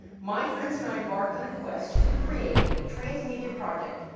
my friends and i embarked on a quest to create a trans-media project,